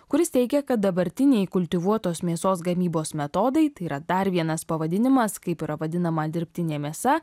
kuris teigia kad dabartiniai kultivuotos mėsos gamybos metodai tai yra dar vienas pavadinimas kaip yra vadinama dirbtinė mėsa